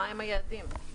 מהם היעדים?